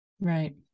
Right